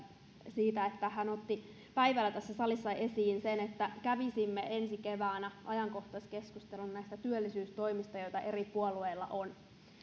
siitä että hän otti päivällä tässä salissa esiin sen että kävisimme ensi keväänä ajankohtaiskeskustelun näistä työllisyystoimista joita eri puolueilla on